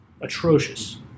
atrocious